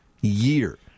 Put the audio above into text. year